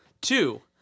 Two